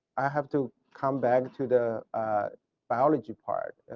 i have to come back to the biology part.